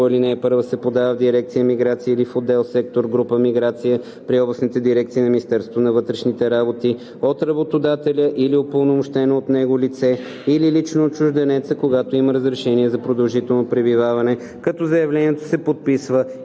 по ал. 1 се подава в дирекция „Миграция“ или в отдел/сектор/група „Миграция“ при областните дирекции на Министерството на вътрешните работи от работодателя или упълномощено от него лице или лично от чужденеца, когато има разрешение за продължително пребиваване, като заявлението се подписва